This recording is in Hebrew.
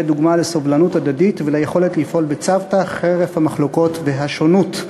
דוגמה לסובלנות הדדית וליכולת לפעול בצוותא חרף המחלוקות והשונות.